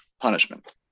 punishment